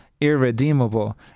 irredeemable